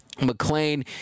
McLean